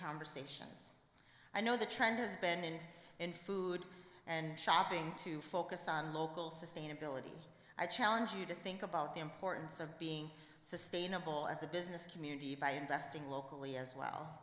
conversations i know the trend has been and in food and shopping to focus on local sustainability i challenge you to think about the importance of being sustainable as a business community by investing locally as well